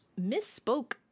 misspoke